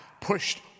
pushed